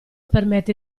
permette